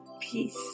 Peace